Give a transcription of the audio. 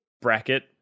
bracket